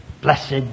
blessed